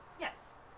Yes